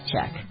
check